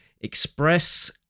Express